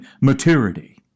maturity